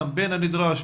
הקמפיין הנדרש,